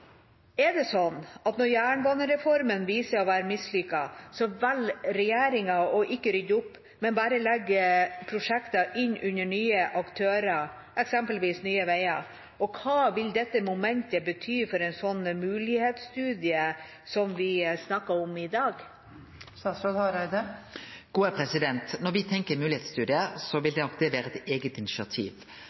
Er det sånn at når jernbanereformen viser seg å være mislykket, velger regjeringa å ikke rydde opp, men legger bare prosjekter inn under nye aktører, eksempelvis Nye Veier? Hva vil dette momentet bety for en mulighetsstudie som den vi snakker om i dag? Når me tenkjer på moglegheitsstudiar, vil det nok vere eit eige initiativ og